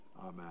Amen